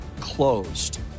closed